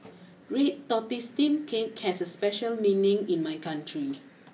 Red Tortoise Steamed Cake has special meaning in my country